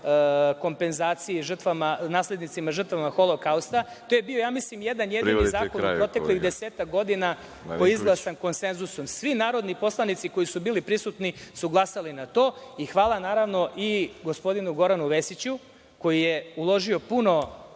kompenzaciji naslednicima žrtava Holokausta, to je bio, ja mislim jedan jedini zakon u proteklih desetak godina koji je izglasan konsenzusom. Svi narodni poslanici koji su bili prisutni su glasali za to. Hvala naravno i gospodinu Goranu Vesiću, koji je uložio puno